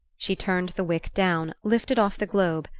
she turned the wick down, lifted off the globe,